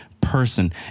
person